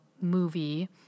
movie